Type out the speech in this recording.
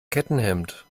kettenhemd